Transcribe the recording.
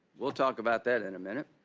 we'll talk about that in a minute.